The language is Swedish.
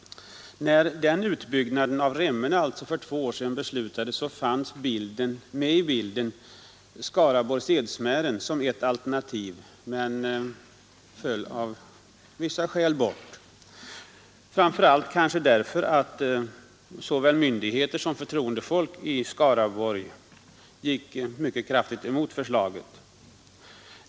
Jag tänker alltså på Remmenefältet. När frågan om den utbyggnaden behandlades fanns Skaraborgs Edsmären med i bilden. Det alternativet föll emellertid bort av vissa skäl, kanske framför allt därför att såväl myndigheter som förtroendefolk i Skaraborgs län gick mycket kraftigt emot det förslaget.